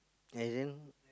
and then